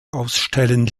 ausstellen